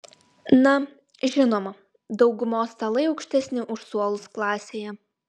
na žinoma daugumos stalai aukštesni už suolus klasėje